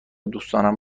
دوستانم